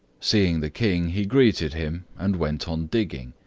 seeing the king, he greeted him and went on digging.